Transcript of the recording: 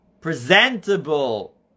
presentable